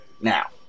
Now